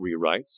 rewrites